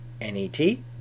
n-e-t